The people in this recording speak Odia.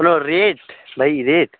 ହ୍ୟାଲୋ ରେଟ୍ ଭାଇ ରେଟ୍